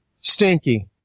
stinky